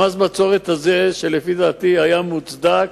מס הבצורת הזה היה מוצדק,